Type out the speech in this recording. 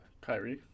Kyrie